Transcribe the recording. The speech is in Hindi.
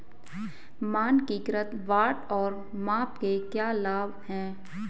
मानकीकृत बाट और माप के क्या लाभ हैं?